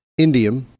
indium